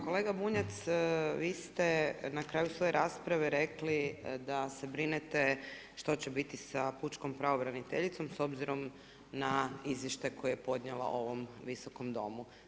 Kolega Bunjac, vi ste na kraju svoje rasprave rekli, da se brinete što će biti sa Pučkom pravobraniteljicom, s obzirom na izvješće koje je podnijela ovom Visokom domu.